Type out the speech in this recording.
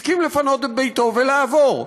הסכים לפנות את ביתו ולעבור,